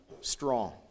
strong